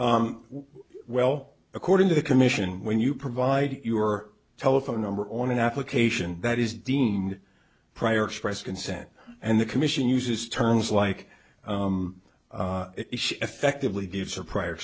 well according to the commission when you provide your telephone number on an application that is deemed prior express consent and the commission uses terms like it effectively gives her prior